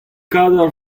kador